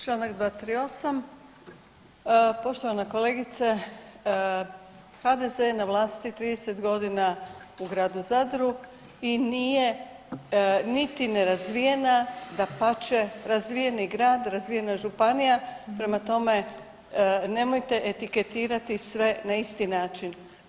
Članak 238. poštovana kolegice, HDZ je na vlasti 30 godina u gradu Zadru i nije niti nerazvijena, dapače, razvijeni grad, razvijena Županija, prema tome, nemojte etiketirati sve na isti način.